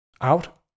out